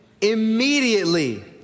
immediately